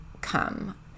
come